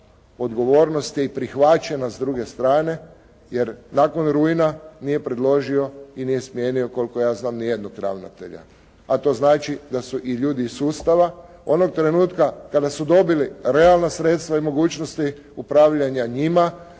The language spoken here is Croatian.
odgovornost je i prihvaćena s druge strane jer nakon rujna nije predložio i nije smijenio, koliko ja znam ni jednog ravnatelja, a to znači da su i ljudi iz sustava onog trenutka kada su dobili realna sredstva i mogućnosti upravljanja njima